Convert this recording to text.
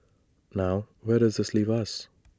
now where does this leave us